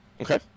Okay